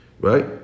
right